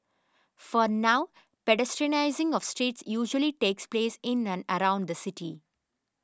for now pedestrianising of streets usually takes place in and around the city